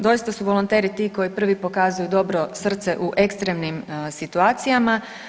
Doista su volonteri ti koji prvi pokazuju dobro srce u ekstremnim situacijama.